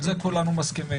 על זה כולנו מסכימים.